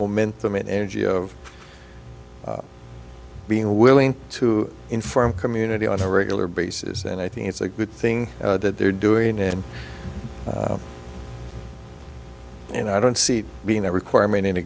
momentum and energy of being willing to inform community on a regular basis and i think it's a good thing that they're doing and you know i don't see being a requirement in a